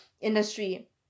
industry